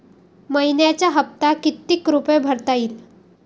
मइन्याचा हप्ता कितीक रुपये भरता येईल?